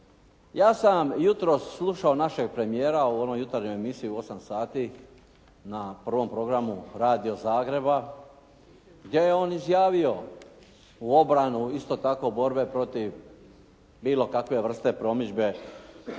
sam vam jutros slušao našeg premijera u onoj jutarnjoj emisiji u 8 sati na prvom programu Radio Zagreba gdje je on izjavio u obranu isto tako borbe protiv bilo kakve vrste promidžbe,